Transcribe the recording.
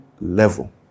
level